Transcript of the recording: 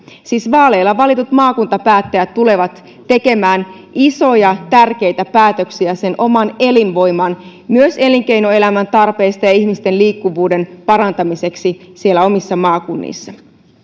siis vaaleilla valitut maakuntapäättäjät tulevat tekemään isoja tärkeitä päätöksiä sen oman elinvoiman myös elinkeinoelämän tarpeista ja ihmisten liikkuvuuden parantamiseksi siellä omissa maakunnissa